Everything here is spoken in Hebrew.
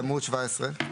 סעיף 330יח,